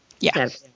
Yes